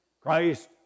Christ